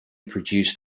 produced